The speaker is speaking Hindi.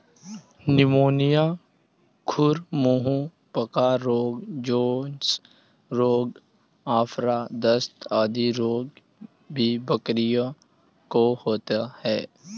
निमोनिया, खुर मुँह पका रोग, जोन्स रोग, आफरा, दस्त आदि रोग भी बकरियों को होता है